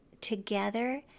together